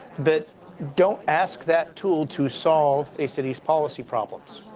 but don't ask that tool to solve a city's policy problems.